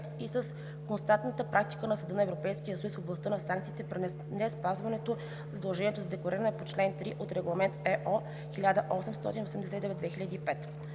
и с константната практика на Съда на Европейския съюз в областта на санкциите при неспазване на задължението за деклариране по чл. 3 от Регламент (ЕО) 1889/2005.